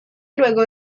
luego